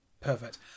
Perfect